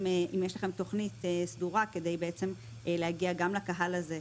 טפסים בערבית ואם יש לכם תכנית סדורה כדי בעצם להגיע גם לקהל הזה.